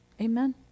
Amen